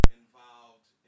involved